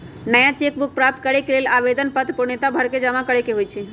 नया cheque book प्राप्त करेके लेल आवेदन पत्र पूर्णतया भरके जमा करेके होइ छइ